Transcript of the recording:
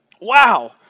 Wow